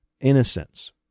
innocence